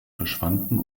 verschwanden